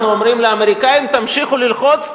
אנחנו אומרים לאמריקנים: תמשיכו ללחוץ,